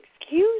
Excuse